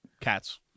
Cats